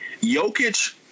Jokic